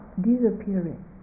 disappearing